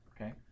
okay